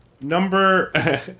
number